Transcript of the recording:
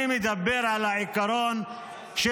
אני מדבר על העיקרון של